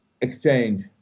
exchange